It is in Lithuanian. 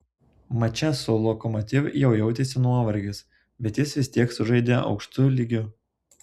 mače su lokomotiv jau jautėsi nuovargis bet jis vis tiek sužaidė aukštu lygiu